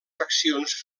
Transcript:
faccions